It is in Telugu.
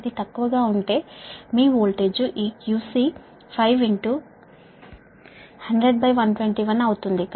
అది తక్కువగా ఉంటే మీ వోల్టేజ్ ఈ QC 5100121 అవుతుంది